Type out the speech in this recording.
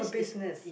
business